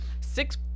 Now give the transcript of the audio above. six